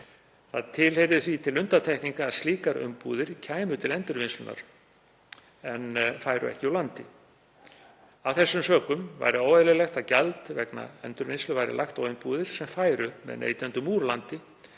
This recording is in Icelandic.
Því heyrði það til undantekninga að slíkar umbúðir kæmu til Endurvinnslunnar en færu ekki úr landi. Af þeim sökum væri óeðlilegt að gjald vegna endurvinnslu væri lagt á umbúðir sem færu með neytendum úr landi